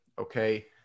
Okay